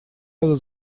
рода